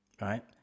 right